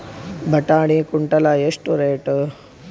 ಬಟಾಣಿ ಕುಂಟಲ ಎಷ್ಟು ರೇಟ್?